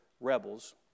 rebels